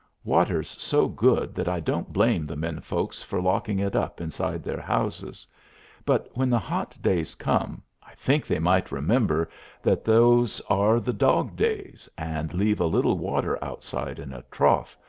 water's so good that i don't blame the men-folks for locking it up inside their houses but when the hot days come, i think they might remember that those are the dog-days, and leave a little water outside in a trough,